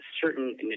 certain